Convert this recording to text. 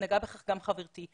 ונגעה כך גם חברתי.